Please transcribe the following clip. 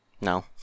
No